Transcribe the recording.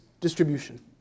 distribution